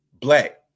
black